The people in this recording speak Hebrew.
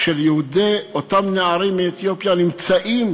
של אותם נערים מאתיופיה נמצאים